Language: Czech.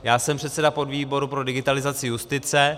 Já jsem předsedou podvýboru pro digitalizaci justice.